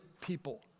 people